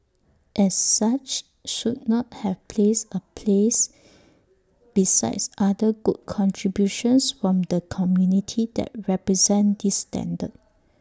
as such should not have place A place besides other good contributions from the community that represent this standard